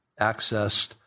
accessed